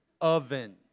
oven